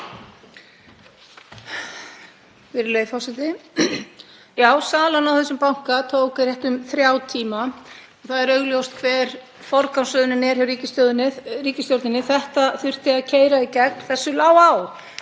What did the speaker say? Já, salan á þessum banka tók rétt um þrjá tíma. Það er augljóst hver forgangsröðunin er hjá ríkisstjórninni. Þetta þurfti að keyra í gegn, þessu lá á,